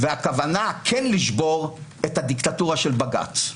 הכוונה כן לשבור את הדיקטטורה של בג"ץ.